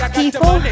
people